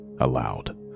aloud